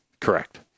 Correct